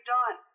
done